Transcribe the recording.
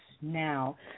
Now